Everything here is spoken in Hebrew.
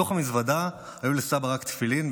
בתוך המזוודה היו לסבא רק תפילין,